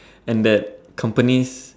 and that company's